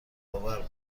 آور